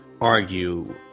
argue